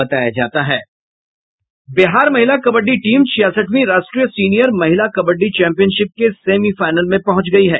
बिहार महिला कबड्डी टीम छियासठवीं राष्ट्रीय सीनियर महिला कबड्डी चैंपियनशिप के सेमीफाइनल में पहुंच गयी है